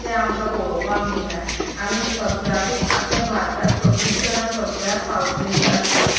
तें आमकां पळोवपाक मेळटा आमी सगळ्याकूच आख्खे भारताक सगळींच जाणां सगळ्याक पावतलीं अशें आसना